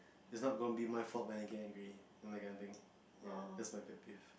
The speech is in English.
it not going to be my fault when I'm get angry that kind of thing that's my pet peeve